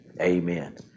Amen